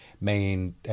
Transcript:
main